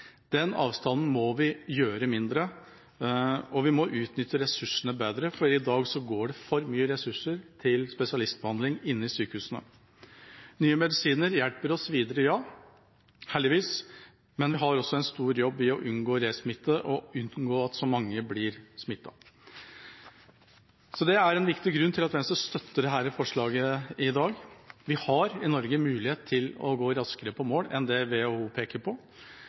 Den avstanden må vi gjøre mindre, og vi må utnytte ressursene bedre, for i dag går det for mye ressurser til spesialistbehandling inne i sykehusene. Nye medisiner hjelper oss videre – ja, heldigvis – men vi har også en stor jobb i å unngå resmitte og å unngå at så mange blir smittet. Det er en viktig grunn til at Venstre støtter dette forslaget i dag. Vi har i Norge mulighet til å gå raskere på mål enn det WHO peker på.